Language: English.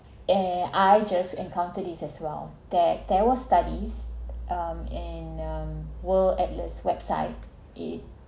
eh I just encounter this as well that there were studies um and world atlas website it